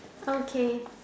okay